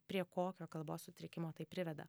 prie kokio kalbos sutrikimo tai priveda